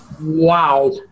Wow